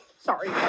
Sorry